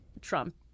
Trump